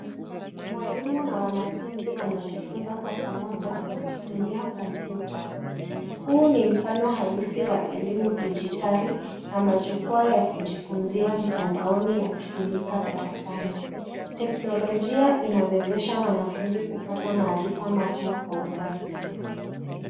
Mwalimu na wanafunzi wanajifunza kwa pamoja, wakitumia kompyuta. Huu ni mfano halisi wa elimu dijitali, na majukwaa ya kujifunzia mtandaoni, yakitumika darasani. Teknolojia inawezesha wanafunzi kupata maarifa mapya kwa urahisi.